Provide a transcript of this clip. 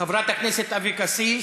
חברת הכנסת אבקסיס,